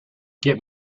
get